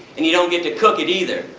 and you don't get to cook it either.